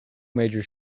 major